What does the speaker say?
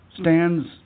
stands